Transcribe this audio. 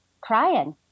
crying